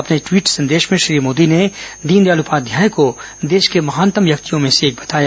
अपने ट्वीट संदेश में श्री मोदी ने दीनदयाल उपाध्याय को देश के महानतम व्यक्तियों में से एक बताया